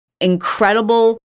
incredible